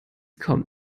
kommt